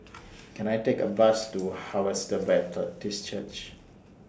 Can I Take A Bus to Harvester Baptist Church